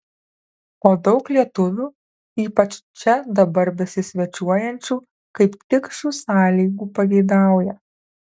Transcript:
o daug lietuvių ypač čia dabar besisvečiuojančių kaip tik šių sąlygų pageidauja